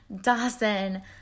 Dawson